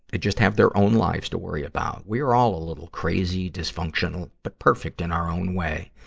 they just have their own lives to worry about. we're all a little crazy, dysfunctional, but perfect in our own way.